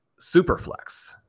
superflex